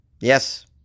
Yes